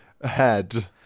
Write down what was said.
ahead